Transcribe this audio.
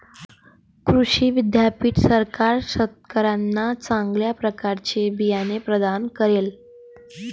कृषी विद्यापीठ सरकार शेतकऱ्यांना चांगल्या प्रकारचे बिया प्रदान करेल